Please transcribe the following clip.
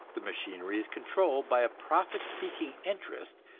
the machinery is controlled by a profit-seeking interest,